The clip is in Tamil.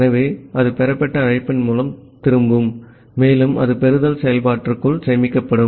ஆகவே அது பெறப்பட்ட அழைப்பின் மூலம் திரும்பும் மேலும் அது பெறுதல் செயல்பாட்டிற்குள் சேமிக்கப்படும்